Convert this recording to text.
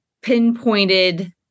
pinpointed